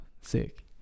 sick